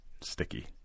sticky